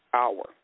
hour